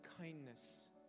kindness